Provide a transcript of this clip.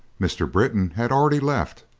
mr. britton had already left,